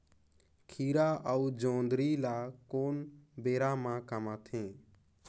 खीरा अउ जोंदरी ल कोन बेरा म कमाथे?